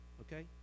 Okay